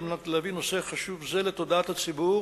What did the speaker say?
מנת להביא נושא חשוב זה לתודעת הציבור,